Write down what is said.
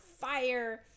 fire